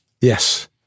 Yes